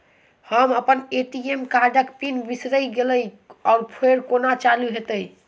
हम अप्पन ए.टी.एम कार्डक पिन बिसैर गेलियै ओ फेर कोना चालु होइत?